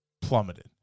plummeted